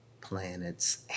planets